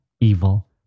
evil